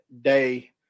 day